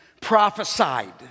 prophesied